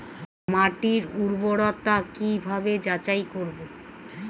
মাটির উর্বরতা কি ভাবে যাচাই করব?